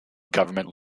government